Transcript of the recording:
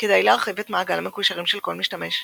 כדי להרחיב את מעגל המקושרים של כל משתמש,